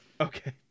okay